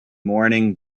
morning